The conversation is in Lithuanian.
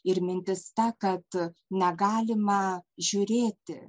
ir mintis ta kad negalima žiūrėti